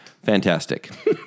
Fantastic